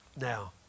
Now